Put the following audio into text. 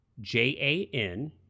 J-A-N